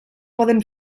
poden